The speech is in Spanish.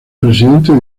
presidente